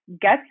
Get